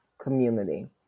community